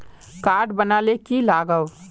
Card बना ले की लगाव?